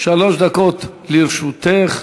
שלוש דקות לרשותך.